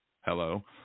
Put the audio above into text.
hello